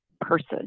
person